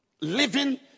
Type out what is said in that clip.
living